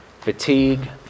fatigue